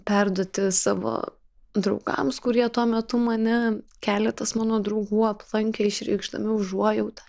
perduoti savo draugams kurie tuo metu mane keletas mano draugų aplankė išreikšdami užuojautą